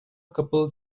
couple